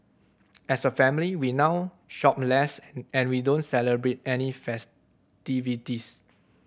as a family we now shop less and we don't celebrate any festivities